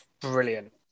brilliant